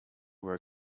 were